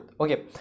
okay